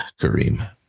Kareem